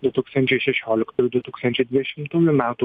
du tūkstančiai šešioliktųjų du tūkstančiai dvidešimųjų metų